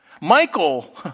Michael